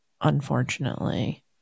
Unfortunately